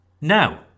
Now